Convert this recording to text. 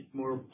more